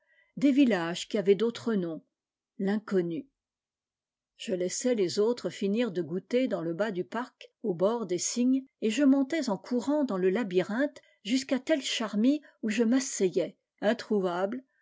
des villages qui avaient d'autres noms l'inconnu je laissais les autres finir de goûter dans le bas du parc au bord des cygnes et je montais en courant dans le labyrinthe jusqu'à telle charmille où je m'asseyais introuvable